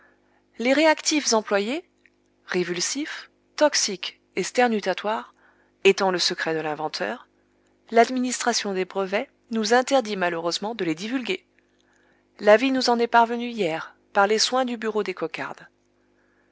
les réactifs employés révulsifs toxiques et sternutatoires étant le secret de l'inventeur l'administration des brevets nous interdit malheureusement de les divulguer l'avis nous en est parvenu hier par les soins du bureau des cocardes